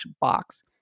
box